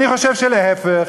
אני חושב שלהפך.